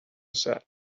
set